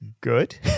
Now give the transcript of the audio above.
good